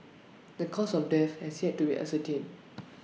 the cause of death has yet to be ascertained